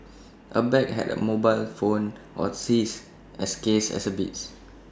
A bag had A mobile phone were seized as case exhibits